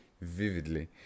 vividly